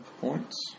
points